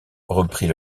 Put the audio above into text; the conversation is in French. reprit